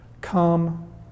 Come